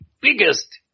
biggest